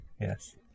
Yes